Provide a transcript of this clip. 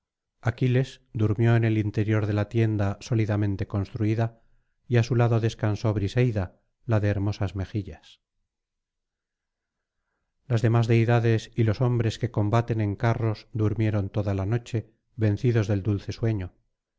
aquiles durmió en el interior de la tienda sólidamente construida y á su lado descansó briseida la de hermosas mejillas las demás deidades y los hombres que combaten en carros durmieron toda la noche vencidos del dulce sueño